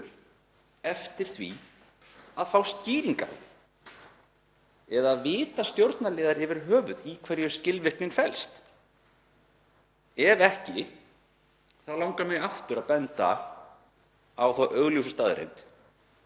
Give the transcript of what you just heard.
eftir því að fá skýringar á því, eða vita stjórnarliðar yfir höfuð í hverju skilvirknin felst? Ef ekki, þá langar mig aftur að benda á þá augljósu staðreynd